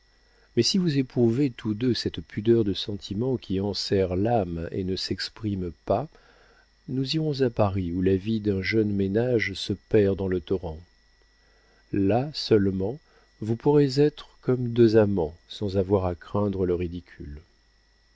mais si vous éprouvez tous deux cette pudeur de sentiment qui enserre l'âme et ne s'exprime pas nous irons à paris où la vie d'un jeune ménage se perd dans le torrent là seulement vous pourrez être comme deux amants sans avoir à craindre le ridicule